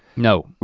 no.